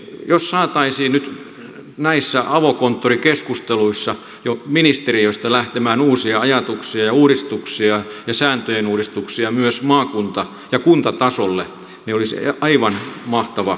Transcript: jos saataisiin nyt näissä avokonttorikeskusteluissa jo ministeriöstä lähtemään uusia ajatuksia ja uudistuksia ja sääntöjen uudistuksia myös maakunta ja kuntatasolle niin se olisi aivan mahtava asia